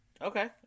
Okay